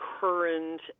current